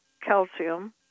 calcium